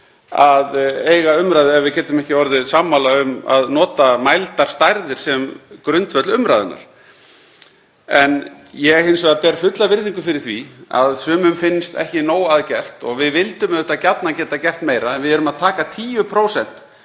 að eiga umræðu ef við getum ekki orðið sammála um að nota mældar stærðir sem grundvöll umræðunnar. Ég ber hins vegar fulla virðingu fyrir því að sumum finnst ekki nóg að gert og við vildum auðvitað gjarnan geta gert meira. Við erum að taka 10%